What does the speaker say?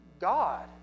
God